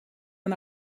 man